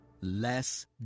Less